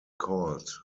called